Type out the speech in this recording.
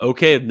Okay